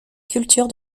culture